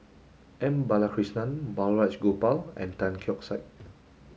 M Balakrishnan Balraj Gopal and Tan Keong Saik